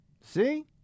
See